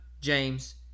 James